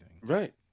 right